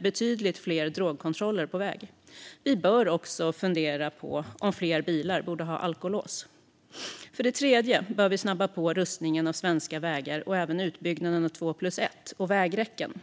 betydligt fler drogkontroller på väg. Vi bör också fundera över om fler bilar borde ha alkolås. För det tredje bör vi snabba på rustningen av svenska vägar och även utbyggnaden av två-plus-ett-vägar och vägräcken.